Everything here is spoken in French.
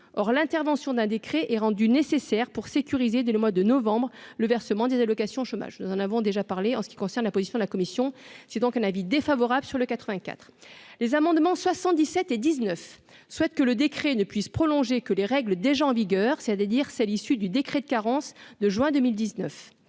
or l'intervention d'un décret est rendue nécessaire pour sécuriser dès le mois de novembre, le versement des allocations chômage, nous en avons déjà parlé en ce qui concerne la position de la commission, c'est donc un avis défavorable sur le 84, les amendements 77 et 19 souhaite que le décret ne puisse prolonger que les règles déjà en vigueur, c'est-à-dire celles issues du décret de carence de juin 2019,